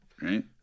right